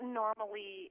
normally